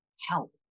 help